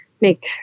make